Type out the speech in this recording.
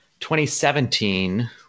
2017